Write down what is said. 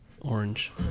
Orange